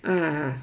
ah